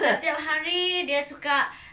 tiap-tiap hari dia suka